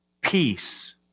peace